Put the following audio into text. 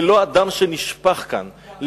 ללא הדם שנשפך כאן,